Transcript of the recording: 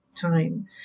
time